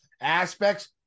aspects